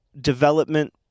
development